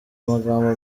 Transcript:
amagambo